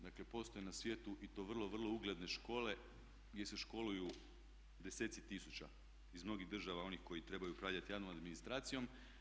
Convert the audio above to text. Dakle postoji na svijetu i to vrlo, vrlo ugledne škole gdje se školuju deseci tisuća iz mnogih država onih koje trebaju upravljati javnom administracijom.